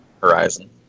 horizon